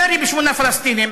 ירי בשמונה פלסטינים,